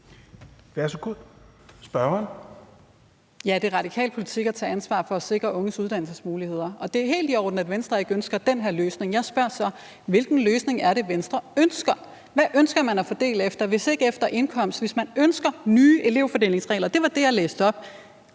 Ja, det er radikal politik at tage ansvar for at sikre unges uddannelsesmuligheder, og det er helt i orden, at Venstre ikke ønsker den her løsning. Jeg spørger så: Hvilken løsning er det, Venstre ønsker? Hvad ønsker man at fordele efter hvis ikke efter indkomst? Hvis man ønsker nye elevfordelingsregler – det var det, jeg læste op